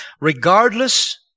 Regardless